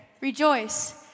Rejoice